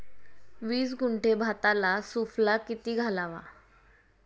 वीस गुंठे भाताला सुफला किती घालावा?